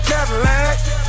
Cadillac